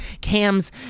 cam's